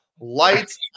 lights